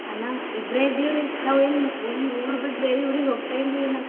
ಅಣ್ಣ ಇಬ್ಬರೇ ಇದ್ದೀವಿ ರೀ ನಾವು ಏನು ಹೋಗಿ ಊರು ಬಿಟ್ಟು ಬೇರೆ ಊರಿಗೆ ಹೋಗ್ತಾ ಇಲ್ರಿ ಅಣ್ಣ